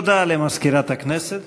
תודה למזכירת הכנסת.